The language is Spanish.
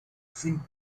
sin